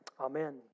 Amen